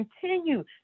continue